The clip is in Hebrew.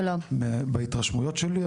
בהתרשמויות שלי,